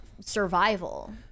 survival